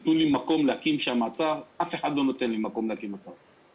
תנו לי מקום להקים שם אתר אף אחד לא נותן לי מקום להקים אתר.